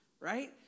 right